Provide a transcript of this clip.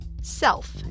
Self